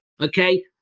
Okay